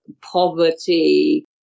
poverty